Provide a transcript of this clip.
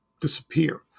disappear